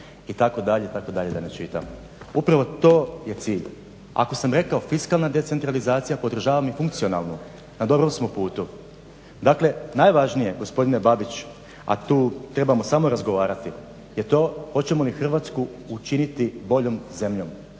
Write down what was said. samouprave, itd., itd. da ne čitam. Upravo to je cilj. Ako sam rekao fiskalna decentralizacija, podržavam i funkcionalnu, na dobrom smo putu. Dakle najvažnije gospodine Babić, a tu trebamo samo razgovarati je to hoćemo li Hrvatsku učiniti boljom zemljom